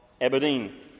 Aberdeen